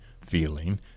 feeling